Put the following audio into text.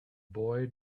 boy